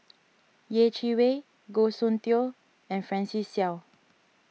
Yeh Chi Wei Goh Soon Tioe and Francis Seow